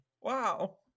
Wow